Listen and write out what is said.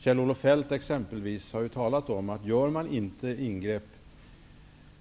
Kjell-Olof Feldt exempelvis har ju sagt att görs det inte ingrepp